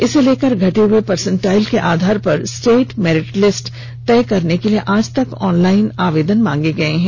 इसे लेकर घटे हुए परसेंटाइल के आधार पर स्टेट मेरिट लिस्ट तय करने के लिए आज तक ऑनलाइन आवेदन मांगे गए हैं